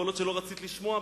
יכול להיות שלא רצית לשמוע,